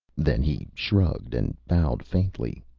then he shrugged and bowed faintly.